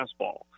fastball